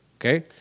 Okay